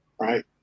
right